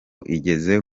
igeze